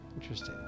Interesting